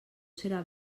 serà